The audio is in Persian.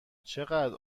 چقدر